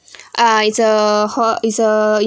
uh it's a hall it's a